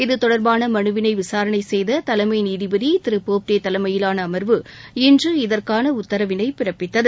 இது தொடர்பான மனுவினை விசாரணை செய்த தலைமை நீதிபதி திரு போப்டே தலைமையிலான அமா்வு இன்று இதற்கான உத்தரவினை பிறப்பித்தது